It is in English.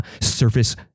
surface